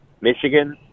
Michigan